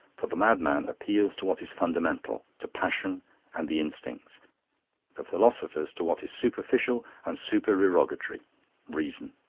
for the madman appeals to what is fundamental, to passion and the instincts the philosophers to what is superficial and supererogatory reason.